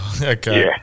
Okay